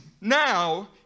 now